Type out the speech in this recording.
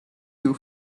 you